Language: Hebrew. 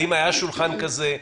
האם היה שולחן כזה?